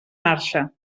marxa